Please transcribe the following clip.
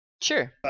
sure